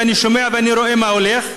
ואני שומע ואני רואה מה הולך.